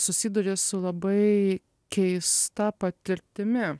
susiduri su labai keista patirtimi